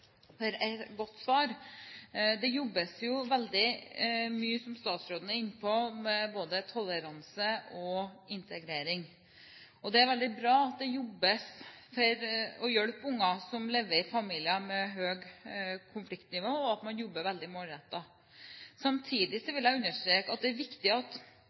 for et godt svar. Som statsråden var inne på, jobbes det veldig mye med både toleranse og integrering. Det er veldig bra at det jobbes med å hjelpe unger som lever i familier med høyt konfliktnivå, og at man jobber veldig målrettet. Samtidig vil jeg understreke at når vi har fokus på å hjelpe unger, hjelpe familier, er det viktig